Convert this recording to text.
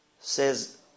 says